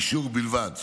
אישור בלבד,